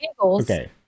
okay